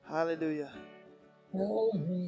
Hallelujah